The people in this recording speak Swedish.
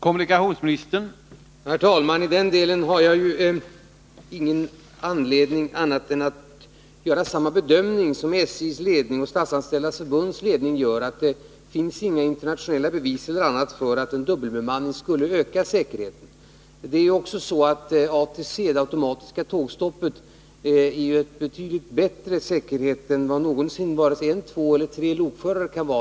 Herr talman! I den delen har jag ingen anledning att göra någon annan bedöming än den som SJ:s ledning och Statsanställdas förbunds ledning gör, att det inte finns några internationella bevis för eller något annat som visar att en dubbelbemanning skulle öka säkerheten. ATC, det automatiska tågstoppet, ger en betydligt bättre säkerhet än vad någonsin två eller tre lokförare kan ge.